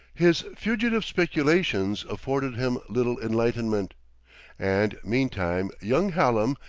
his fugitive speculations afforded him little enlightenment and, meantime, young hallam,